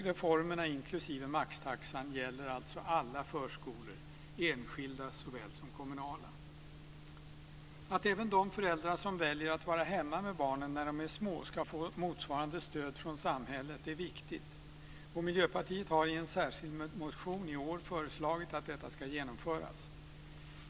Reformerna inklusive maxtaxan gäller alltså alla förskolor, enskilda såväl som kommunala. Att även de föräldrar som väljer att vara hemma med barnen när de är små ska få motsvarande stöd från samhället är viktigt, och Miljöpartiet har i en särskild motion i år föreslagit att detta ska genomföras.